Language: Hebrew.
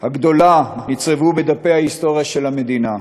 הגדולה נצרבו בדפי ההיסטוריה של המדינה.